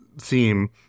theme